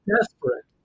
desperate